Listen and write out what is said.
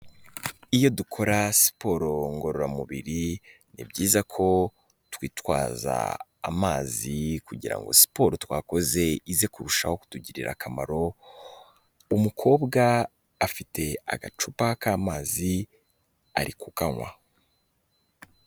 Iyo dukora siporo ngororamubiri ni byiza ko twitwaza amazi kugira ngo siporo twakoze ize kurushaho kutugirira akamaro, umukobwa afite agacupa k'amazi ari ku kanywa.